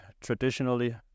traditionally